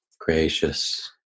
gracious